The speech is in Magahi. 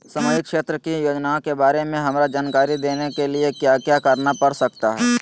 सामाजिक क्षेत्र की योजनाओं के बारे में हमरा जानकारी देने के लिए क्या क्या करना पड़ सकता है?